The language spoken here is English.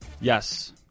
Yes